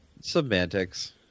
Semantics